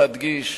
אני מבקש להדגיש